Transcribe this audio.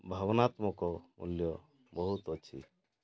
ଭାବନାତ୍ମକ ମୂଲ୍ୟ ବହୁତ ଅଛି